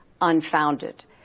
unfounded